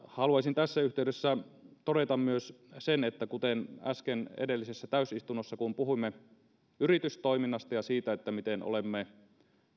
haluaisin tässä yhteydessä todeta myös sen kuten äsken edellisessä täysistunnossa kun puhuimme yritystoiminnasta ja siitä miten olemme